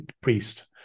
priest